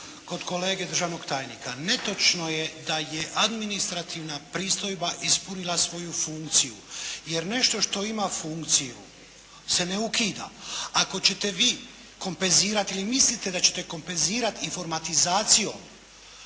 kod kolege državnog tajnika. Netočno je da je administrativna pristojba ispunila svoju funkciju, jer nešto što ima funkciju se ne ukida. Ako ćete vi kompenzirati ili mislite da ćete kompenzirati informatizacijom